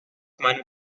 meinem